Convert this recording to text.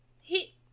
He-